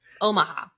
Omaha